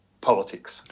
politics